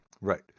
Right